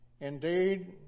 Indeed